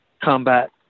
combat